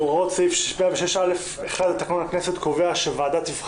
הוראות סעיף 6(א)1 לתקנון הכנסת קובע ש"וועדה תבחר